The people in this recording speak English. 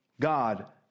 God